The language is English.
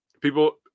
People